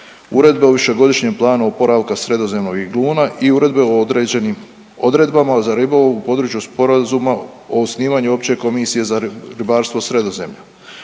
Uredbe o višegodišnjem planu oporavka sredozemnog igluna i uredbe o određenim odredbama za ribu u području Sporazuma o osnivanju opće komisije za ribarstvo Sredozemlja.